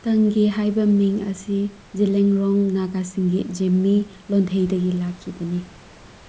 ꯇꯪꯒꯤ ꯍꯥꯏꯕ ꯃꯤꯡ ꯑꯁꯤ ꯖꯦꯂꯦꯡꯔꯣꯡ ꯅꯥꯒꯥꯁꯤꯡꯒꯤ ꯖꯤꯝꯃꯤ ꯂꯣꯟꯊꯩꯗꯒꯤ ꯂꯥꯛꯈꯤꯕꯅꯤ